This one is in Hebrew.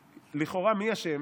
לכאורה, מי אשם?